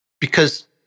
because-